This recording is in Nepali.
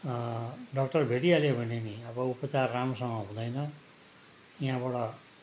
डक्टर भेटिहालियौ भने पनि अब उपचार राम्रोसँग हुँदैन त्यहाँबाट